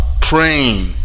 praying